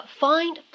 find